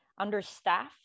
understaffed